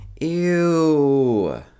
EW